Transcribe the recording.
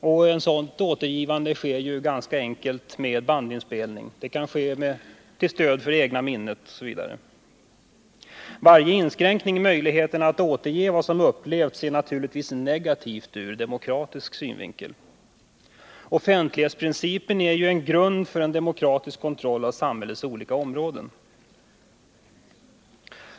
Ett sådant återgivande sker ganska enkelt med bandinspelning, som stöd för det egna minnet osv. Varje inskränkning i möjligheterna att återge vad som upplevts är naturligtvis negativ ur demokratisk synvinkel. Offentlighetsprincipen är ju en grund för demokratisk kontroll av samhällets olika områden.